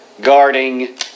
guarding